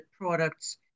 products